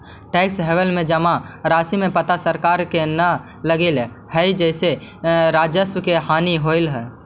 tax haven में जमा राशि के पता सरकार के न लगऽ हई जेसे राजस्व के हानि होवऽ हई